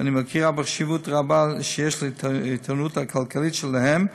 ואני מכירה בחשיבות הרבה של האיתנות הכלכלית שלהם,